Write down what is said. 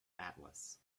atlas